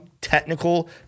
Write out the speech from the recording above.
technical